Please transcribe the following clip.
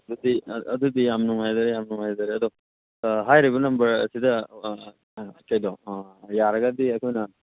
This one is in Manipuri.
ꯑꯗꯨꯗꯤ ꯑꯗꯨꯗꯤ ꯌꯥꯝ ꯅꯨꯡꯉꯥꯏꯖꯔꯦ ꯌꯥꯝ ꯅꯨꯡꯉꯥꯏꯖꯔꯦ ꯑꯗꯣ ꯍꯥꯏꯔꯤꯕ ꯅꯝꯕꯔ ꯑꯁꯤꯗ ꯌꯥꯔꯒꯗꯤ ꯑꯩꯈꯣꯏꯅ